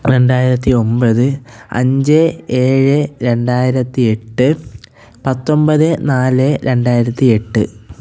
രണ്ടായിരത്തി ഒമ്പത് അഞ്ച് ഏഴ് രണ്ടായിരത്തി എട്ട് പത്തൊമ്പത് നാല് രണ്ടായിരത്തി എട്ട്